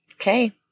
Okay